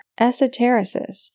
esotericist